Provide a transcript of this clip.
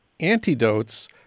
antidotes